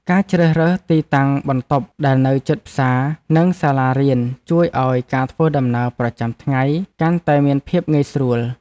ការជ្រើសរើសទីតាំងបន្ទប់ដែលនៅជិតផ្សារនិងសាលារៀនជួយឱ្យការធ្វើដំណើរប្រចាំថ្ងៃកាន់តែមានភាពងាយស្រួល។